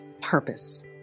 purpose